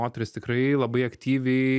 moterys tikrai labai aktyviai